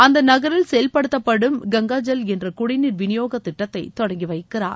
அந்த நகரில் செயல்படுத்தப்படும் கங்கா ஜல் என்ற குடிநீர் விநியோகத் திட்டத்தை தொடங்கி வைக்கிறார்